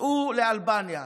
סעו לאלבניה.